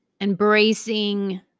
embracing